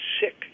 sick